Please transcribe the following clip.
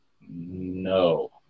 No